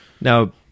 now